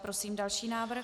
Prosím další návrh.